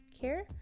care